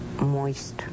moist